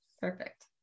Perfect